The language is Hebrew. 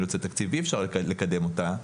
מאילוצי תקציב אי אפשר לקדם אותה.